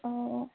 অঁ